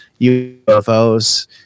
UFOs